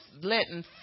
letting